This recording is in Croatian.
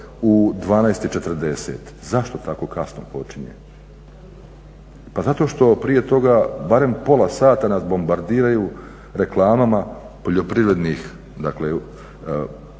u 12,40. Zašto tako kasno počinje? Pa zato što prije toga barem pola sata nas bombardiraju reklamama poljoprivrednih ne proizvoda